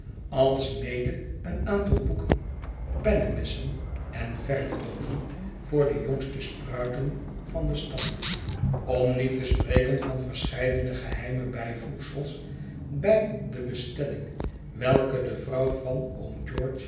alsmede een aantal boeken pennemessen en verfdoozen voor de jongste spruiten van den stam om niet te spreken van verscheidene geheime bijvoegselen bij debestelling welke de vrouw van